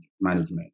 management